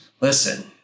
listen